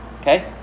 Okay